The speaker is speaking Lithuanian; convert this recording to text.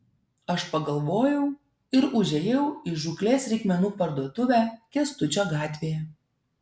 aš pagalvojau ir užėjau į žūklės reikmenų parduotuvę kęstučio gatvėje